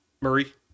Murray